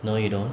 no you don't